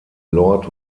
lord